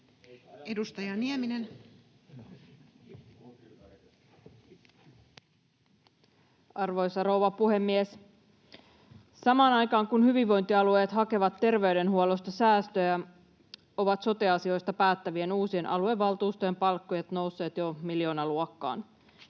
Content: Arvoisa rouva puhemies! Samaan aikaan kun hyvinvointialueet hakevat terveydenhuollosta säästöjä, ovat sote-asioista päättävien uusien aluevaltuustojen palkkiot nousseet jo miljoonaluokkaan.